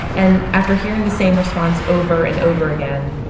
and after hearing the same response over and over again,